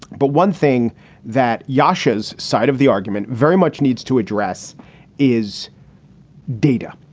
but one thing that yoshio's side of the argument very much needs to address is data.